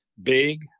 big